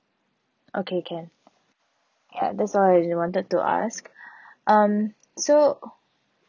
okay can ya that's all I wanted to ask um so